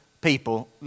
people